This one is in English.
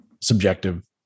subjective